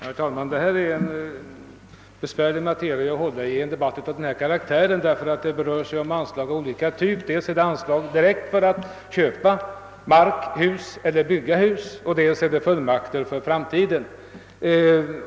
Herr talman! Detta är en materia som det är besvärligt att hantera i en debati av den här karaktären, eftersom det rör sig om anslag av olika typ: dels gäller det anslag direkt för köp av hus eller mark och för husbyggen, dels gäller det fullmakter för framtiden.